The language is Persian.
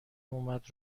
اومد